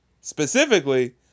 Specifically